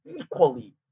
equally